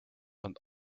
und